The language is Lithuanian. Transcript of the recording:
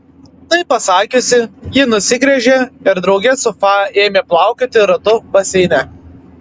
tai pasakiusi ji nusigręžė ir drauge su fa ėmė plaukioti ratu baseine